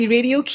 Radio